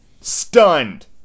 stunned